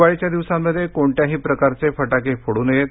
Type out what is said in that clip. दिवाळीच्या दिवसांमध्ये कोणत्याही प्रकारचे फटाके फोडू नयेत